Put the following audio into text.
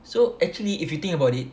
so actually if you think about it